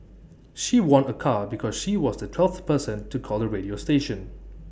she won A car because she was the twelfth person to call the radio station